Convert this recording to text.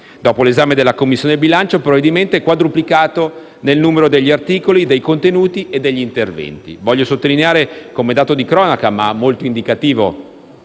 Dopo l'esame della Commissione bilancio il provvedimento è quadruplicato nel numero di articoli, di contenuti e di interventi. Voglio sottolineare come dato di cronaca, ma molto indicativo,